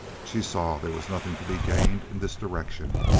she saw there was nothing to be gained in this direction.